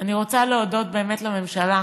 אני רוצה להודות באמת לממשלה